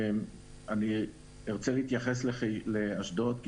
אני ארצה להתייחס לאשדוד,